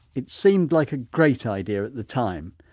it seemed like a great idea at the time.